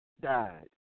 died